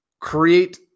create